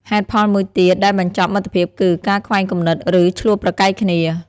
ហេតុផលមួយទៀតដែលបញ្ចប់មិត្តភាពគឺ ការខ្វែងគំនិត ឬ ឈ្លោះប្រកែកគ្នា។